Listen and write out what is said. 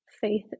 faith